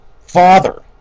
Father